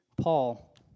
Paul